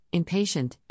impatient